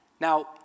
Now